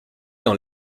dans